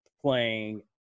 playing